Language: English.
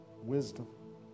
wisdom